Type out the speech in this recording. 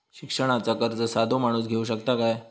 शिक्षणाचा कर्ज साधो माणूस घेऊ शकता काय?